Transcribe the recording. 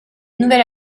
nouvelle